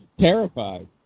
terrified